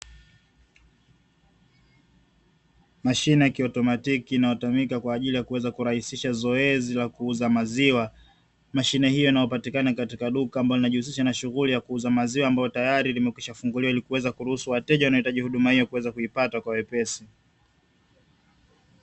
Mashine ya kiautomatiki inayotumika kwa ajili ya kuweza kurahisisha zoezi la kuuza maziwa. Mashine hiyo inayopatikana katika duka ambalo linalojihusisha na shughuli ya kuuza maziwa ambalo tayari limekwishafunguliwa, ili kuweza kuruhusu wateja wanaohitaji huduma hiyo, kuweza kuipata kwa wepesi.